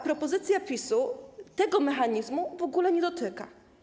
Propozycja PiS-u tego mechanizmu w ogóle nie dotyka.